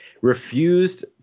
refused